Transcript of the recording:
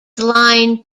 line